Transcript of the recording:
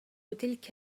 تلك